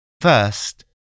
First